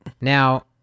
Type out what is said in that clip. now